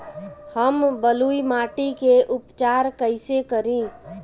हम बलुइ माटी के उपचार कईसे करि?